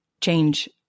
change